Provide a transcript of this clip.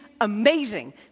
amazing